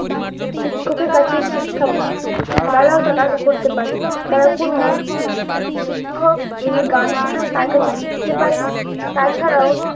শিক্ষকের কাছে শিক্ষা দ্বারাও তারা করতে পারে তারা কোনো শিক্ষক যিনি গান শেখান তার কাছে শিখতে পারেন তাছাড়াও